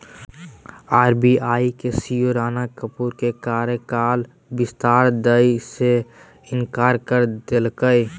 RBI के CEO Rana Kapoor के कार्यकाल विस्तार दय से इंकार कर देलकय